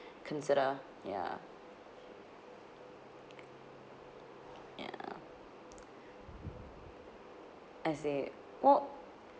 consider ya ya I see what